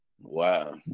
Wow